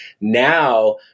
Now